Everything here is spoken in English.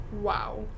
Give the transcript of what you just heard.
Wow